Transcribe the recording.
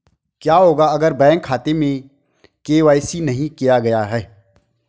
क्या होगा अगर बैंक खाते में के.वाई.सी नहीं किया गया है?